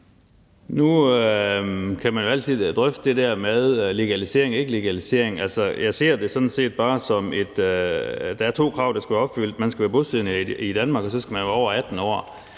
Nu kan man jo altid drøfte det der med legalisering eller ikke legalisering. Altså, jeg ser det sådan set bare sådan, at der er to krav, der skal være opfyldt: Man skal være bosiddende i Danmark, og så skal man være over 18 år.